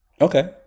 okay